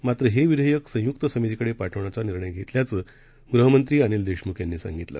मात्रहेविधेयकसंयुक्तसमितीकडेपाठवण्याचानिर्णयघेतल्याचंगृहमंत्रीअनिलदेशमुखयांनीसांगितलं